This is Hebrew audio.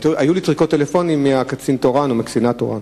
היו לי טריקות טלפונים מהקצין התורן או מהקצינה התורנית.